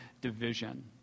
division